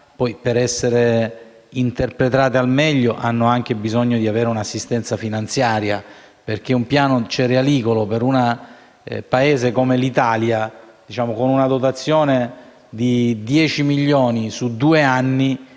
per essere interpretate al meglio hanno bisogno di un'assistenza finanziaria. Infatti un piano cerealicolo per un Paese come l'Italia con una dotazione di 10 milioni su due anni